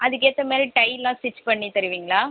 அதுக்கேற்ற மாதிரி டையெலாம் ஸ்டிச் பண்ணி தருவீங்களா